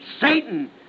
Satan